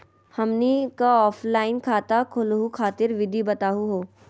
हमनी क ऑफलाइन खाता खोलहु खातिर विधि बताहु हो?